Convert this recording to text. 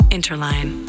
Interline